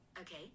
Okay